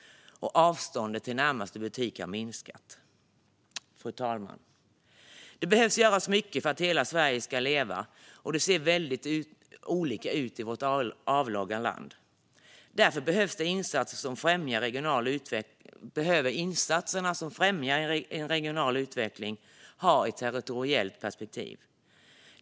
Avståndet till närmaste butik har minskat. Fru talman! Det behöver göras mycket för att hela Sverige ska leva, och det ser väldigt olika ut i vårt avlånga land. Därför behöver insatser som främjar hållbar regional utveckling ha ett territoriellt perspektiv.